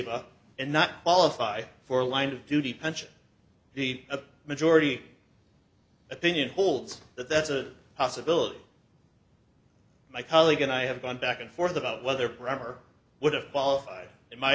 a and not qualify for line of duty pension the majority opinion holds that that's a possibility my colleague and i have gone back and forth about whether paramor would have qualified in my